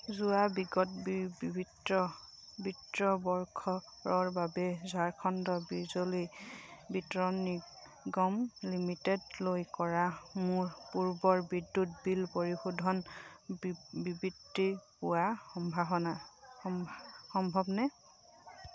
যোৱা বিগত বিত্তীয় বৰ্ষৰ বাবে ঝাৰখণ্ড বিজলী বিতৰণ নিগম লিমিটেডলৈ কৰা মোৰ পূৰ্বৰ বিদ্যুৎ বিল পৰিশোধৰ বিবৃতি পোৱা সম্ভাৱনা সম্ভৱনে